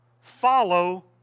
Follow